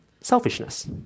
selfishness